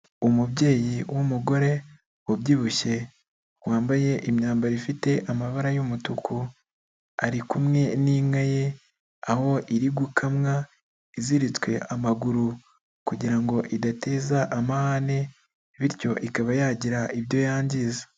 Umubyeyi w'umugore ubyibushye wambaye imyambaro ifite amabara y'umutuku arikumwe n'inka ye aho iri gukamwa iziritswe amaguru kugirango idateza amahane bityo ikaba yagira ibyo yangiza.